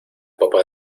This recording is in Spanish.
popa